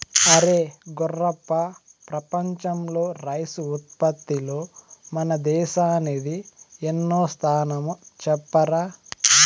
అరే గుర్రప్ప ప్రపంచంలో రైసు ఉత్పత్తిలో మన దేశానిది ఎన్నో స్థానమో చెప్పరా